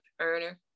earner